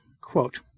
quote